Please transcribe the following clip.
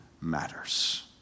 matters